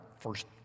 first